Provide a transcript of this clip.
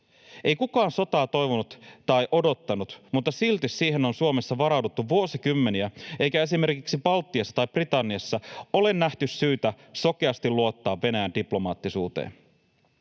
Ei kukaan sotaa toivonut tai odottanut, mutta silti siihen on Suomessa varauduttu vuosikymmeniä. Eikä esimerkiksi Baltiassa tai Britanniassa ole nähty syytä sokeasti luottaa Venäjän diplomaattisuuteen